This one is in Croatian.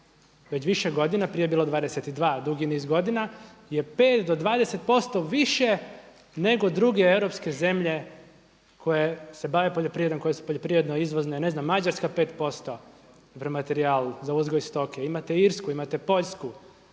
već više godina, prije je bilo 22 dugi niz godina je 5 do 20% više nego druge europske zemlje koje se bave poljoprivredom koje su poljoprivredno izvozne, ne znam Mađarska 5% u … materijalu za uzgoj stoke, imate Irsku, imate Poljsku,